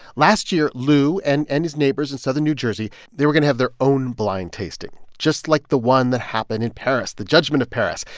last year, lou and and his neighbors in southern new jersey, they were going to have their own blind tasting, just like the one that happened in paris, the judgment of paris.